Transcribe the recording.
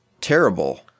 terrible